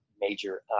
major